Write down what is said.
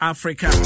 Africa